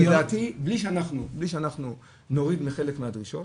לדעתי בלי שאנחנו נוריד חלק מהדרישות